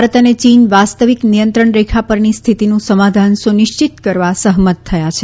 ભારત અને ચીન વાસ્તવિક નિયંત્રણ રેખા પરની સ્થિતિનું સમાધાન સુનિશ્ચિત કરવા સહમત થયા છે